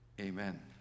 Amen